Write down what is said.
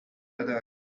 other